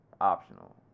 optional